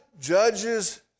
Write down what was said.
judges